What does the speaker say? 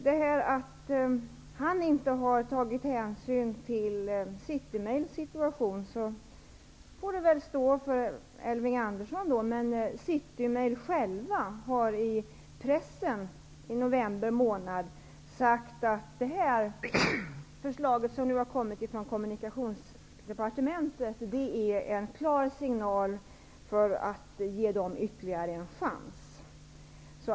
Att Elving Andersson inte skulle ha tagit hänsyn till City Mails situation får stå för honom själv, men City Mail har i pressen i november månad sagt att det förslag som nu kommer ifrån Kommunikationsdepartementet är en klar signal för att ge företaget ytterligare en chans.